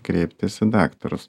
kreiptis į daktarus